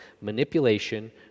manipulation